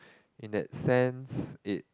in that sense it